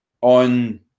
on